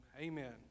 amen